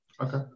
Okay